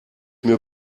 mir